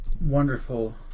wonderful